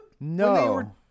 No